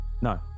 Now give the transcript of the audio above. no